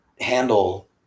handle